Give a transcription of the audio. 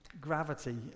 Gravity